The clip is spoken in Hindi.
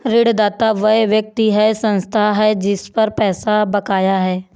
ऋणदाता वह व्यक्ति या संस्था है जिस पर पैसा बकाया है